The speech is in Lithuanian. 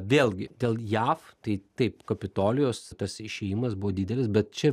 vėlgi dėl jav tai taip kapitolijos tas išėjimas buvo didelis bet čia